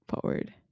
forward